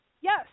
Yes